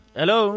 Hello